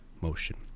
motion